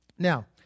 Now